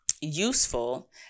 useful